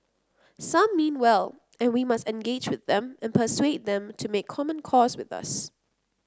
some mean well and we must engage with them and persuade them to make common cause with us